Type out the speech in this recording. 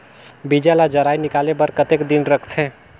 बीजा ला जराई निकाले बार कतेक दिन रखथे?